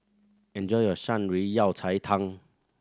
enjoy your Shan Rui Yao Cai Tang